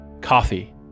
Coffee